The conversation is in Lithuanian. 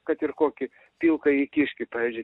kad ir kokį pilkąjį kiškį pavyzdžiui